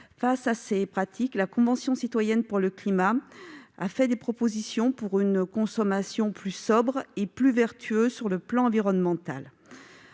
Face à ces pratiques, la Convention citoyenne pour le climat a, elle aussi, formulé des propositions pour une consommation plus sobre et plus vertueuse sur le plan environnemental.